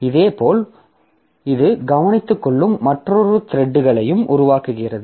இதேபோல் இது கவனித்துக்கொள்ளும் மற்றொரு த்ரெட்களை உருவாக்குகிறது